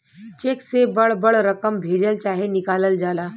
check से बड़ बड़ रकम भेजल चाहे निकालल जाला